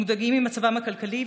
מודאגים ממצבם הכלכלי,